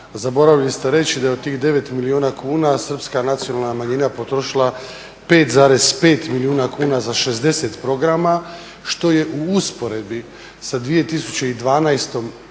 Zaboravili ste reći da je od tih 9 milijuna kuna srpska nacionalna manjina potrošila 5,5 milijuna kuna za 60 programa, što je u usporedbi sa 2012.godinom